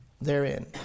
therein